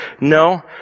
No